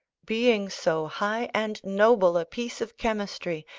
being so high and noble a piece of chemistry,